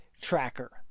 tracker